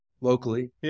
locally